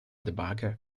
debugger